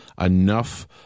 enough